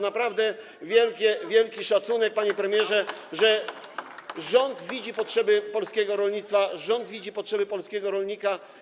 Naprawdę wielki szacunek, panie premierze, że rząd widzi potrzeby polskiego rolnictwa, że rząd widzi potrzeby polskiego rolnika.